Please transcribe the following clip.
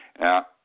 Now